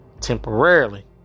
temporarily